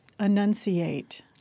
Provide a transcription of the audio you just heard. Enunciate